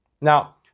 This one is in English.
Now